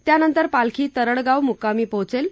त्यानंतर पालखी तरडगाव मुक्कामी पोहोचेल